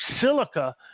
silica